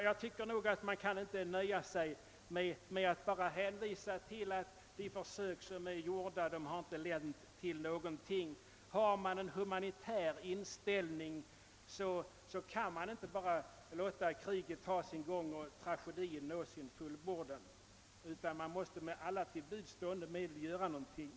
Jag tycker att vi inte kan nöja oss med att bara hänvisa till att gjorda försök inte har lett till resultat. Har man en humanitär inställning, så kan man inte bara låta kriget ha sin gång och tragedin nå sin fullbordan, utan vi måste med alla till buds stående medel få slut på kriget.